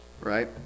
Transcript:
Right